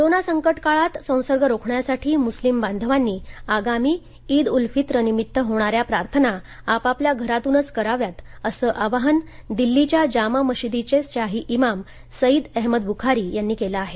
corona संकटकाळांत संसर्ग रोखण्यासाठी मुस्लिम बांधवांनी आगामी इद उल फित्र निमित्त होणाऱ्या प्रार्थना आपापल्या घरातूनच कराव्यात असं आवाहन दिल्लीच्या जामा मशिदीचे शाही इमाम सईद अहमद बुखारी यांनी केलं आहे